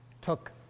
took